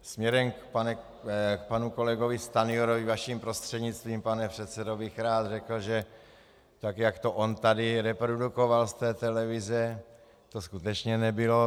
Směrem k panu kolegovi Stanjurovi vaším prostřednictvím, pane předsedo, bych rád řekl, že tak, jak to on tady reprodukoval z té televize, to skutečně nebylo.